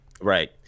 right